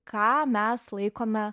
ką mes laikome